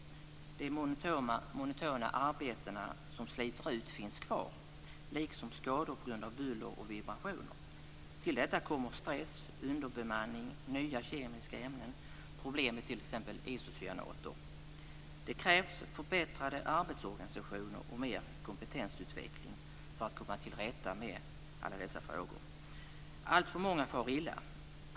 De monotona arbeten som sliter ut finns kvar, liksom skador på grund av buller och vibrationer. Till detta kommer stress, underbemanning, nya kemiska ämnen, t.ex. problem med isocyanater. Det krävs förbättrade arbetsorganisationer och mer kompetensutveckling för att komma till rätta med alla dessa frågor. Alltför många far illa.